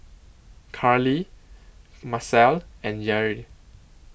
Carlie Marcelle and Yair